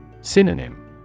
Synonym